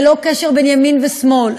ללא קשר לימין ושמאל,